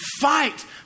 fight